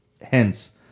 Hence